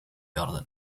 werden